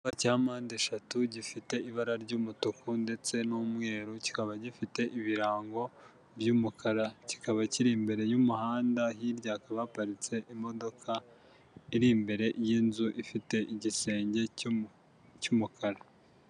Icyapa cya mpande eshatu gifite ibara ry'umutuku ndetse n'umweru, kikaba gifite ibirango by'umukara, kikaba kiri imbere y'umuhanda, hirya hakaba haparitse imodoka iri imbere y'inzu ifite igisenge cy'umukara.